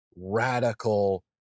radical